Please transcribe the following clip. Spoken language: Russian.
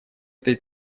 этой